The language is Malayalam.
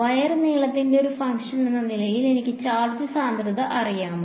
വയർ നീളത്തിന്റെ ഒരു ഫംഗ്ഷൻ എന്ന നിലയിൽ എനിക്ക് ചാർജ് സാന്ദ്രത അറിയാമോ